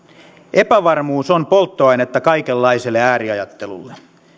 epävarmuus on polttoainetta kaikenlaiselle ääriajattelulle